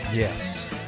Yes